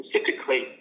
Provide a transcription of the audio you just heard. specifically